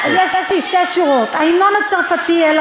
יש לי שתי שורות: ההמנון הצרפתי: "אל